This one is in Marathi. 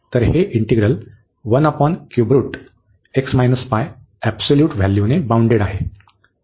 तर हे इंटिग्रल हे ऍब्सल्यूट व्हॅल्यूने बाउंडेड आहे